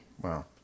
Wow